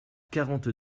quarante